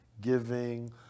giving